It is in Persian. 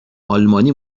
آلمانی